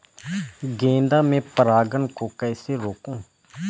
गेंदा में पर परागन को कैसे रोकुं?